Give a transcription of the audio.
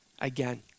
Again